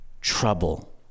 trouble